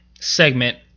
segment